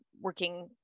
working